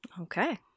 Okay